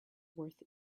worth